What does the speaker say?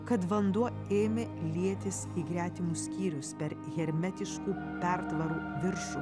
kad vanduo ėmė lietis į gretimus skyrius per hermetiškų pertvarų viršų